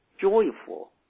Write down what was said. joyful